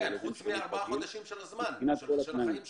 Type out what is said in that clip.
חוץ מ-4 חודשים של הזמן מהחיים שלו.